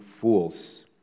fools